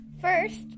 First